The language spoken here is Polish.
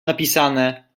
napisane